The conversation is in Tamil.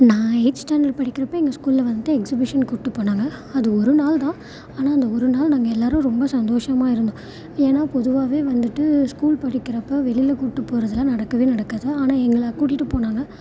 நான் எயிட் ஸ்டாண்டர்ட் படிக்கிறப்போ எங்கள் ஸ்கூலில் வந்துட்டு எக்ஸிபிஷன் கூட்டு போனாங்க அது ஒரு நாள் தான் ஆனால் அந்த ஒரு நாள் நாங்கள் எல்லாரும் ரொம்ப சந்தோசமாக இருந்தோம் ஏன்னா பொதுவாகவே வந்துட்டு ஸ்கூல் படிக்கிறப்போ வெளியில கூட்டு போறதுலாம் நடக்கவே நடக்காது ஆனால் எங்களை கூட்டிகிட்டு போனாங்க